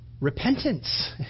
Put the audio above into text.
repentance